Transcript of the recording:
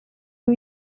new